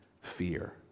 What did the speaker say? fear